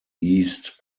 east